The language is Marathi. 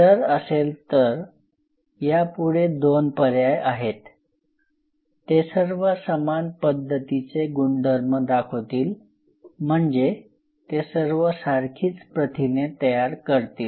जर असेल तर यापुढे दोन पर्याय आहेत ते सर्व समान पद्धतीचे गुणधर्म दाखवतील म्हणजे ते सर्व सारखीच प्रथिने तयार करतील